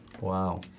wow